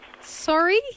sorry